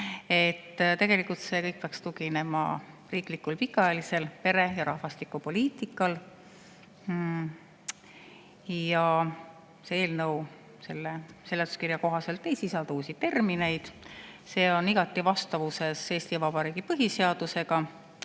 Tegelikult see kõik peaks tuginema pikaajalisele riiklikule pere- ja rahvastikupoliitikale. See eelnõu seletuskirja kohaselt ei sisalda uusi termineid. See on igati vastavuses Eesti Vabariigi põhiseadusega